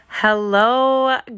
Hello